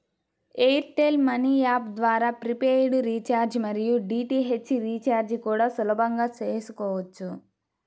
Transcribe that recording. air tell money app ద్వారా prepaid recharge మరియు DTH recharge కూడా సులభంగా చేసుకోవచ్చు